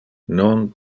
non